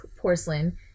porcelain